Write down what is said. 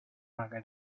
raga